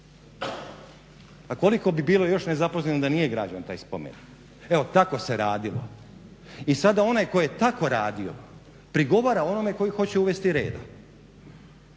A koliko bi bilo još nezaposleno da nije građen taj spomenik. Evo kako se radilo. I sada onaj tko je tako radio prigovara onome koji hoće uvesti reda.